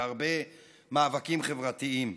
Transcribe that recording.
בהרבה מאבקים חברתיים,